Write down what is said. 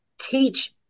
teach